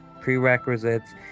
prerequisites